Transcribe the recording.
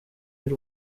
y’u